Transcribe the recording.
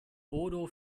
bodo